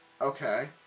Okay